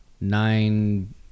nine